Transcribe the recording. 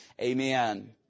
Amen